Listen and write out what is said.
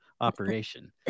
operation